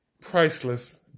priceless